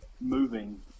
moving